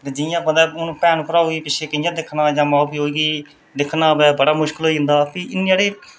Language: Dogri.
जि'यां मतलब हून भैन भ्राऊ ई पिच्छें कि'यां दिक्खना ऐ जां माऊ प्यो गी दिक्खना होऐ बड़ा मुश्कल होई जंदा भी इ'यां ते